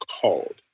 called